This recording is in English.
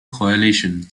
coalition